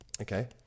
Okay